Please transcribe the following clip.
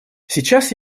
сейчас